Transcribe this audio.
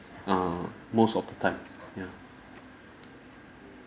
err most of the time ya